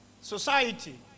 Society